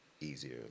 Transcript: easier